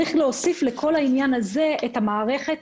לכל העניין הזה צריך להוסיף את המערכת